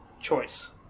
choice